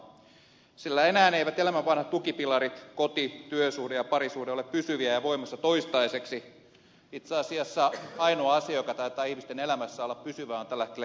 enää eivät elämän vanhat tukipilarit koti työsuhde ja parisuhde ole pysyviä ja voimassa toistaiseksi itse asiassa ainoa asia joka taitaa ihmisten elämässä olla pysyvää on tällä hetkellä kesämökki